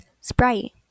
Sprite